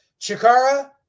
Chikara